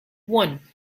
one